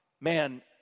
man